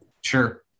Sure